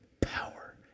power